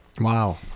wow